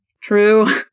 true